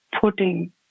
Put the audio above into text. putting